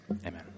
Amen